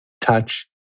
touch